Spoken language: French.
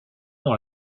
dans